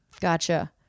gotcha